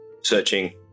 searching